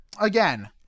again